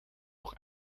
auch